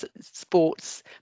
sports